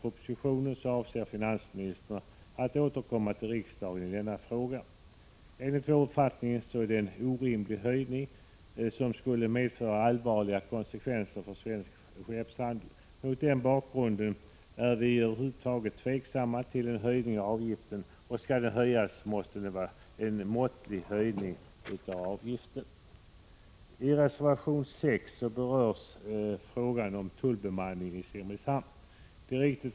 1985/86:125 propositionen avser finansministern att återkomma till riksdagen i denna 23 april 1986 fråga. Enligt vår uppfattning är detta en orimlig höjning, som skulle kunna medföra allvarliga konsekvenser för svenska skeppshandlare. Mot den bakgrunden är vi tveksamma till att över huvud taget höja avgiften, men om den skall höjas måste höjningen vara måttlig. I reservation nr 6 berörs tullbemanningen i Simrishamn.